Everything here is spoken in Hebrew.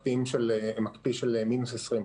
מקפיא של מינוס 20,